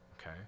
okay